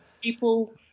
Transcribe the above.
People